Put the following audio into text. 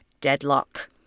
Deadlock